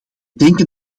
denken